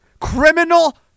criminal